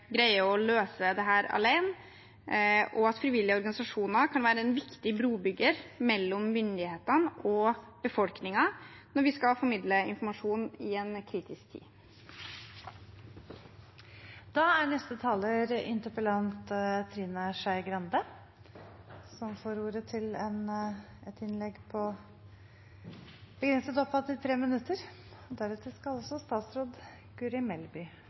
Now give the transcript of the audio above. å løse dette alene, og at frivillige organisasjoner kan være en viktig brobygger mellom myndighetene og befolkningen når vi skal formidle informasjon i en kritisk tid. Jeg merker meg at når man skal diskutere saker der det er